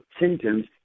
symptoms